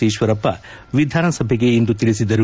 ಈಶ್ವರಪ್ಪ ವಿಧಾನಸಭೆಗೆ ಇಂದು ತಿಳಿಸಿದರು